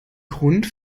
grund